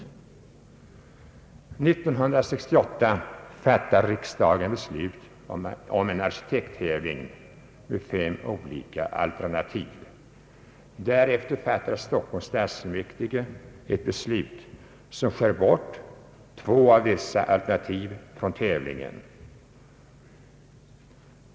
År 1968 fattar riksdagen beslut om en arkitekttävling med fem olika alternativ. Därefter fattar Stockholms stadsfullmäktige ett beslut som skär bort två av dessa alternativ från tävlingen.